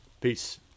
Peace